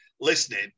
listening